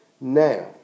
now